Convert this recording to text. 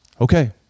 okay